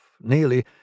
nearly